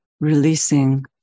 releasing